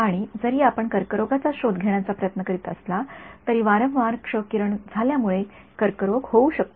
आणि जरी आपण कर्करोगाचा शोध घेण्याचा प्रयत्न करीत असलात तरी वारंवार क्ष किरण झाल्यामुळे कर्करोग होऊ शकतो